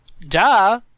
Duh